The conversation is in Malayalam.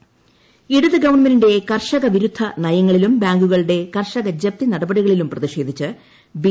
കർഷക ജപ്തി ഇടതു ഗവൺമെന്റിന്റെ ക്ര്ൻഷകവിരുദ്ധ നയങ്ങളിലും ബാങ്കുകളുടെ കർഷക ജ്പ്തി നടപടികളിലും പ്രതിഷേധിച്ച് ബി